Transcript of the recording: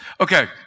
Okay